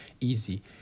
easy